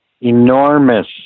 enormous